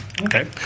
Okay